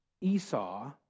Esau